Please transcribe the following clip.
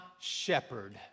shepherd